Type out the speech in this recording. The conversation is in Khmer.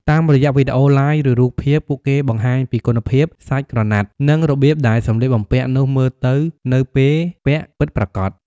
តាមរយៈវីដេអូ ឡាយ ឬរូបភាព ពួកគេបង្ហាញពីគុណភាព សាច់ក្រណាត់ និងរបៀបដែលសម្លៀកបំពាក់នោះមើលទៅនៅពេលពាក់ពិតប្រាកដ។